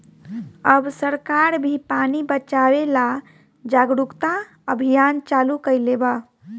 अब सरकार भी पानी बचावे ला जागरूकता अभियान चालू कईले बा